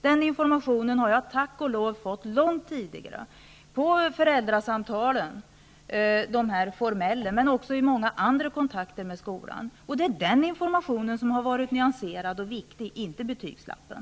Den informationen har jag tack och lov fått långt tidigare vid de formella föräldrasamtalen, men också vid många andra kontakter med skolan. Det är denna information som har varit nyanserad och viktig, inte det som står på betygslappen.